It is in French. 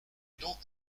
donc